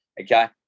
okay